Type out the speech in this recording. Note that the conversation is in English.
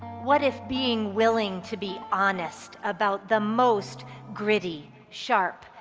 what if being willing to be honest about the most gritty, sharp,